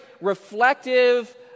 reflective